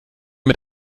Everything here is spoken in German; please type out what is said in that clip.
mit